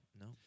No